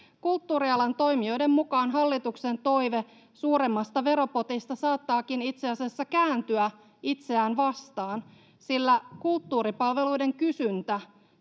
Kulttuurialan toimijoiden mukaan hallituksen toive suuremmasta veropotista saattaakin itse asiassa kääntyä itseään vastaan, sillä kulttuuripalveluiden kysyntä